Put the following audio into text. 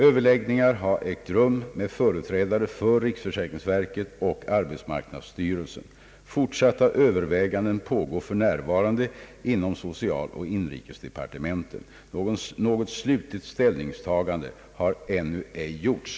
Överläggningar har ägt rum med företrädare för riksförsäkringsverket och arbetsmarknadsstyrelsen. Fortsatta överväganden pågår f.n. inom socialoch inrikesdepartementen. Något slutligt ställningstagande har ännu ej gjorts.